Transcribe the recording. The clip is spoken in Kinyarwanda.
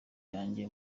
yanjye